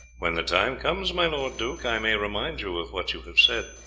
when the time comes, my lord duke, i may remind you of what you have said.